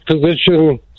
position